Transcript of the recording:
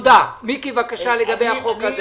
מיקי לוי על הצעת החוק.